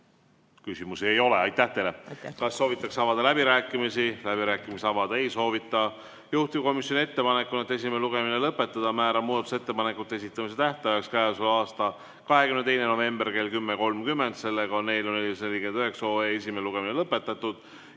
Küsimusi ei ole. Aitäh teile! Kas soovitakse avada läbirääkimisi? Läbirääkimisi avada ei soovita. Juhtivkomisjoni ettepanek on esimene lugemine lõpetada. Määran muudatusettepanekute esitamise tähtajaks k.a 22. novembri kell 10.30. Sellega on eelnõu 449 esimene lugemine lõpetatud